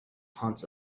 haunts